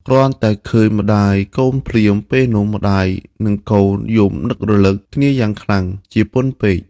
គ្រាន់តែឃើញម្ដាយកូនភ្លាម ពេលនោះម្តាយនិងកូនយំរលឹកគ្នាយ៉ាងខ្លាំងជាពន់ពេក។